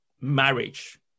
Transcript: marriage